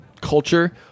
culture